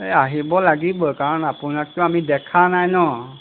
এই আহিব লাগিবই কাৰণ আপোনাকতো আমি দেখা নাই ন